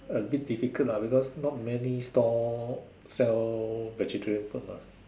a bit difficult lah because not many stalls sell vegetarian food mah